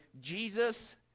jesus